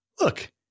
Look